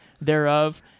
thereof